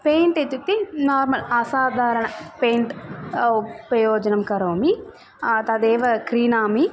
paint इत्युक्ते normal साधारणं paint उपयोजनं करोमि तदेव क्रीणामि